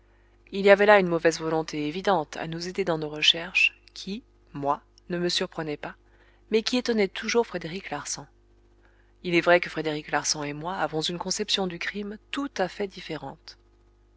il y avait là une mauvaise volonté évidente à nous aider dans nos recherches qui moi ne me surprenait pas mais qui étonnait toujours frédéric larsan il est vrai que frédéric larsan et moi avons une conception du crime tout à fait différente